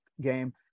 game